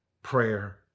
prayer